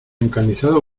encarnizado